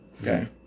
Okay